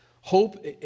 hope